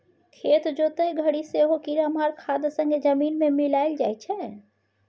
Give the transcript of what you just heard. खेत जोतय घरी सेहो कीरामार खाद संगे जमीन मे मिलाएल जाइ छै